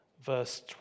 Verse